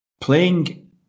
playing